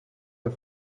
der